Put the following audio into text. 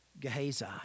Gehazi